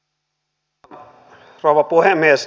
arvoisa rouva puhemies